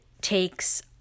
takes